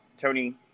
Tony